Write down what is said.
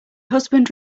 husband